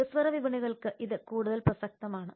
വികസ്വര വിപണികൾക്ക് ഇത് കൂടുതൽ പ്രസക്തമാണ്